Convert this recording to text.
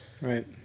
Right